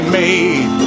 made